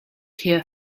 here